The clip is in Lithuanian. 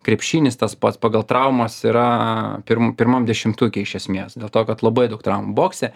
krepšinis tas pats pagal traumas yra pirm pirmam dešimtuke iš esmės dėl to kad labai daug traumų bokse